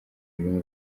rurimi